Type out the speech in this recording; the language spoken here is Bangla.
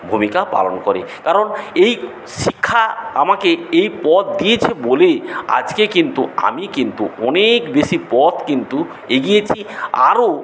ভূমিকা পালন করে কারণ এই শিক্ষা আমাকে এই পথ দিয়েছে বলেই আজকে কিন্তু আমি কিন্তু অনেক বেশি পথ কিন্তু এগিয়েছি আরও